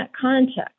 context